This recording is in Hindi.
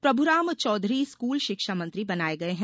प्रभुराम चौधरी स्कूल शिक्षा मंत्री बनाये गये है